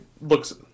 looks